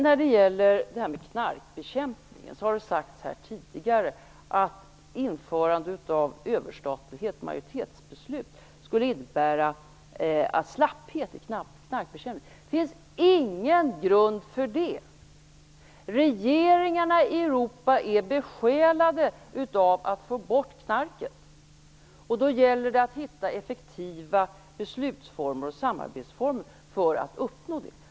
När det gäller knarkbekämpningen har det tidigare sagts här att införandet av överstatlighet och majoritetsbeslut skulle innebära slapphet i knarkbekämpningen. Det finns ingen grund för det. Regeringarna i Europa är besjälade av att få bort knarket. Då gäller det att hitta effektiva besluts och samarbetsformer för att uppnå detta.